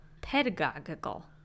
pedagogical